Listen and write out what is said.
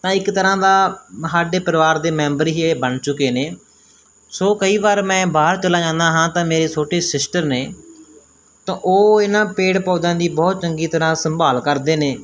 ਤਾਂ ਇੱਕ ਤਰ੍ਹਾਂ ਦਾ ਸਾਡੇ ਪਰਿਵਾਰ ਦੇ ਮੈਂਬਰ ਹੀ ਇਹ ਬਣ ਚੁੱਕੇ ਨੇ ਸੋ ਕਈ ਵਾਰ ਮੈਂ ਬਾਹਰ ਚਲਾ ਜਾਂਦਾ ਹਾਂ ਤਾਂ ਮੇਰੀ ਛੋਟੀ ਸਿਸਟਰ ਨੇ ਤਾਂ ਉਹ ਇਹਨਾਂ ਪੇੜ ਪੌਦਿਆਂ ਦੀ ਬਹੁਤ ਚੰਗੀ ਤਰ੍ਹਾਂ ਸੰਭਾਲ ਕਰਦੇ ਨੇ